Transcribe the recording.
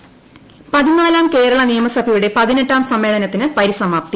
നിയമസഭ ഇൻട്രോ പതിനാലാം കേരള നിയമസഭയുടെ പതിനെട്ടാം സമ്മേളനത്തിന് പരിസമാപ്തി